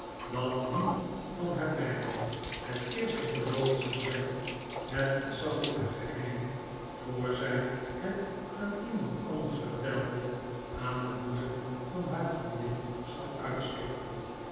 dat wie van haar beiden het eerst verloofd zou zijn het ontzaglijke geheim voor zij het aan iemand anders vertelde aan den boezem van haar vriendin zou uitstorten